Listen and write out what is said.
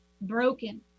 broken